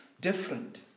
different